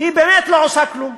היא באמת לא עושה כלום.